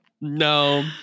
No